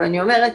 אבל אני אומרת,